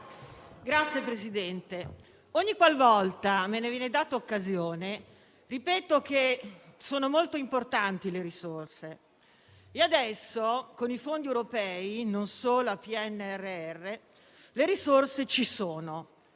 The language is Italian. Signor Presidente, ogniqualvolta me ne viene data occasione ripeto che sono molto importanti le risorse e adesso, con i fondi europei, (non solo a PNRR), le risorse ci sono